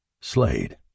Slade